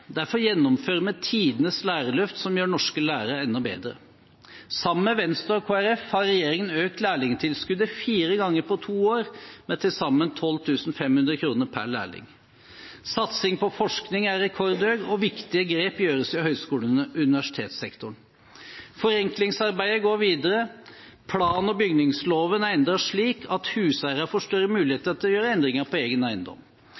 Derfor gjennomfører vi tidenes lærerløft, som gjør norske lærere enda bedre. Sammen med Venstre og Kristelig Folkeparti har regjeringen økt lærlingtilskuddet fire ganger på to år med til sammen 12 500 kr per lærling. Satsingen på forskning er rekordhøy, og viktige grep gjøres i høgskole- og universitetssektoren. Forenklingsarbeidet går videre. Plan- og bygningsloven er endret slik at huseiere får større muligheter til å gjøre endringer på egen eiendom.